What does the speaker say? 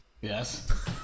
Yes